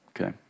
okay